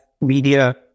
media